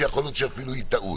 שיכול להיות שהיא אפילו טעות.